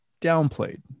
downplayed